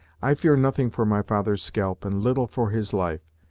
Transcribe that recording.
i fear nothing for my father's scalp, and little for his life.